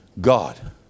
God